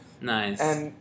Nice